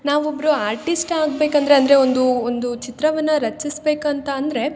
ನಾವೊಬ್ಬರು artist ಆಗಬೇಕಂದರೆ ಅಂದರೆ ಒಂದು ಒಂದು ಚಿತ್ರವನ್ನು ರಚಿಸಬೇಕಂತ ಅಂದರೆ